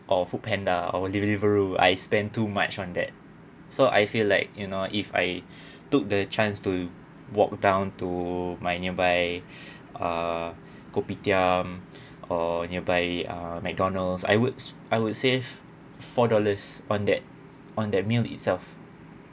or foodpanda or deliveroo I spend too much on that so I feel like you know if I took the chance to walk down to my nearby ah kopitiam or nearby ah mcdonald's I would I would save four dollars on that on that meal itself